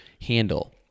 handle